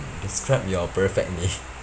mm describe your perfect day